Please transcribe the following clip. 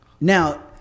Now